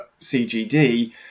CGD